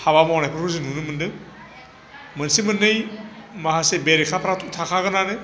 हाबा मावनायफोरखौ जों नुनो मोनदों मोनसे मोननै माखासे बेरेखाफोराथ' थाखागोनानो